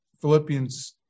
Philippians